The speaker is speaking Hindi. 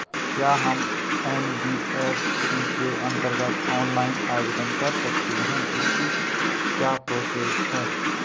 क्या हम एन.बी.एफ.सी के अन्तर्गत ऑनलाइन आवेदन कर सकते हैं इसकी क्या प्रोसेस है?